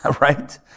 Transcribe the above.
right